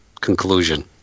conclusion